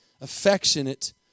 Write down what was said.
affectionate